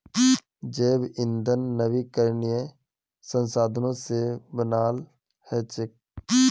जैव ईंधन नवीकरणीय संसाधनों से बनाल हचेक